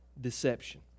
deception